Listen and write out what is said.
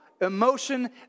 emotion